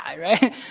right